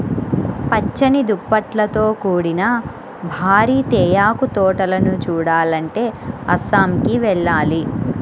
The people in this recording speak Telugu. పచ్చని దుప్పట్లతో కూడిన భారీ తేయాకు తోటలను చూడాలంటే అస్సాంకి వెళ్ళాలి